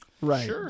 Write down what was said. Right